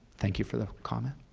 thank you for the comment.